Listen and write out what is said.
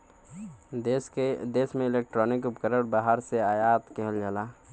देश में इलेक्ट्रॉनिक उपकरण बाहर से आयात किहल जाला